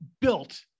built